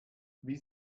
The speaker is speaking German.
wie